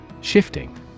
Shifting